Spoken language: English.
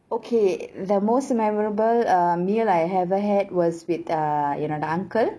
okay the most memorable uh meal I ever had was with err என்னோட:ennoda uncle